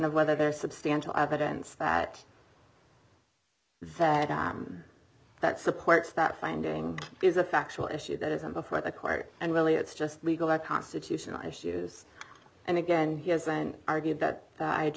of whether there's substantial evidence that that supports that finding is a factual issue that isn't before the court and really it's just legal or constitutional issues and again he hasn't argued that i